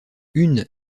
une